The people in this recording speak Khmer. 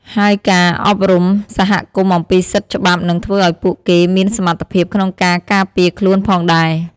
ហើយការអប់រំសហគមន៍អំពីសិទ្ធិច្បាប់នឹងធ្វើឱ្យពួកគេមានសមត្ថភាពក្នុងការការពារខ្លួនផងដែរ។